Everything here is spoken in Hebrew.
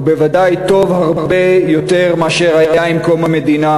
ובוודאי טוב הרבה יותר מאשר היה עם קום המדינה,